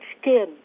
skin